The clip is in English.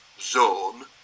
zone